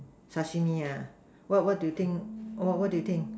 Sashimi what what do you think what what do you think